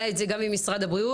היה את זה גם עם משרד הבריאות.